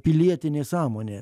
pilietinė sąmonė